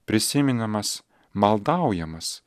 prisimenamas maldaujamas